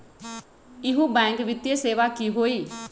इहु बैंक वित्तीय सेवा की होई?